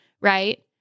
right